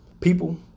People